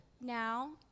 now